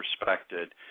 respected